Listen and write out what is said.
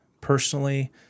personally